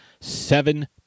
seven